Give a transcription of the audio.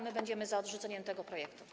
My będziemy za odrzuceniem tego projektu.